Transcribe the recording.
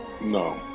No